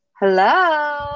Hello